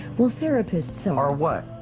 well therapists so are what?